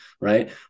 right